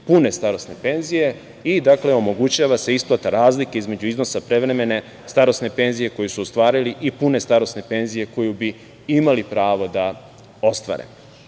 pune starosne penzije i omogućava se isplata razlike između iznosa prevremene starosne penzije koju su ostvarili i pune starosne penzije koju bi imali pravo da ostvare. Ovim